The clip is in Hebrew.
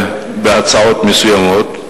בהצעות מסוימות.